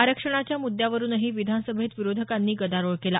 आरक्षणाच्या मुद्यावरुनही विधानसभेत विरोधकांनी गदारोळ केला